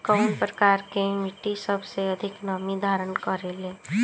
कउन प्रकार के मिट्टी सबसे अधिक नमी धारण करे ले?